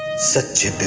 such a